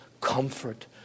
comfort